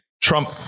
Trump